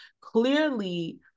clearly